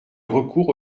recours